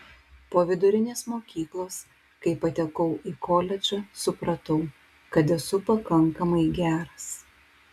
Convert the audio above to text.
po vidurinės mokyklos kai patekau į koledžą supratau kad esu pakankamai geras